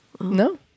No